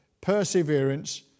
perseverance